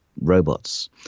robots